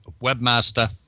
Webmaster